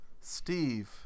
Steve